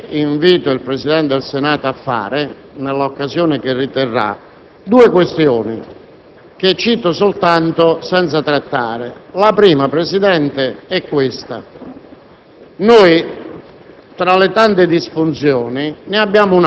Tuttavia, aggiungerei alla riflessione che invito il Presidente del Senato a fare, nell'occasione che riterrà, due questioni che cito soltanto senza trattare. In primo luogo, tra